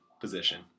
position